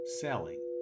selling